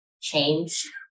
change